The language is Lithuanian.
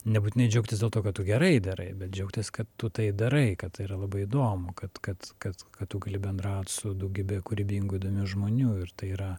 nebūtinai džiaugtis dėl to kad tu gerai darai bet džiaugtis kad tu tai darai kad yra labai įdomu kad kad kad kad tu gali bendraut su daugybe kūrybingų įdomių žmonių ir tai yra